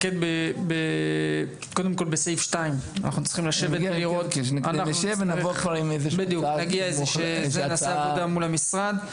נתמקד קודם כל בסעיף 2. נעשה עבודה מול המשרד.